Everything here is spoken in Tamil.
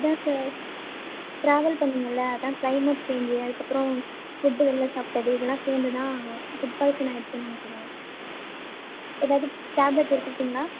அதான் சார் ட்ராவல் பண்ணிங்களே அதான் கிளைமேட் சேஞ்ச் அதுக்கப்புறோம் ஃபுட் வெளியில சாப்பிட்டது இதெல்லாம் சேர்ந்துதா ஃபுட் பாய்சன் ஆகிடுச்சுன்னு நினைக்கிறேன் எதாவது டேப்லெட் எடுத்துகிட்டிங்களா